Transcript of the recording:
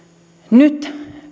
nyt